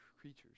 creatures